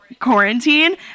quarantine